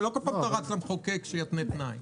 לא בכל פעם אתה רץ למחוקק שיתנה תנאי.